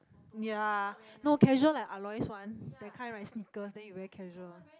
ya no casual like Aloy's one that kind like sneakers then you wear casual